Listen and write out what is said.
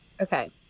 Okay